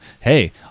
Hey